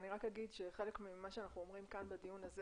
אני רק אגיד שחלק ממה שאנחנו אומרים כאן בדיון הזה